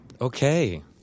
Okay